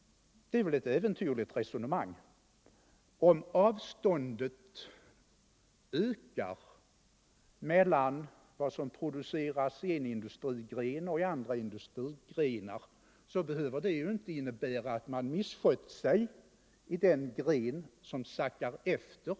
Det är väl ett äventyrligt resonemang. Om avståndet ökar mellan vad som produceras i en industrigren och i andra industrigrenar, så behöver det ju inte innebära att man har miss 5 skött sig i den gren som sackat efter.